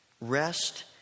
rest